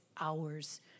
hours